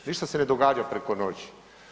Ništa se ne događa preko noći.